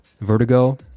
Vertigo